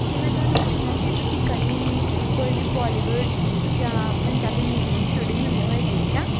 ਜੀ ਮੈਂ ਤੁਹਾਨੂੰ ਪੁੱਛਣਾ ਸੀ ਤੁਸੀਂ ਕਦੀ ਵੀ ਕੋਈ ਵੀ ਬੋਲੀਵੁੱਡ ਜਾਂ ਪੰਜਾਬੀ ਮੂਵੀ ਦੀ ਸ਼ੂਟਿੰਗ ਹੁੰਦੀਆਂ ਹੋਏ ਦੇਖੀਆਂ